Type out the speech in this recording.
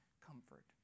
comfort